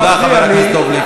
תודה, חבר הכנסת דב ליפמן.